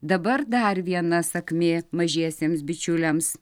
dabar dar viena sakmė mažiesiems bičiuliams